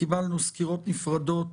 קיבלנו סקירות נפרדות